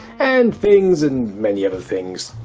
and things and many other things.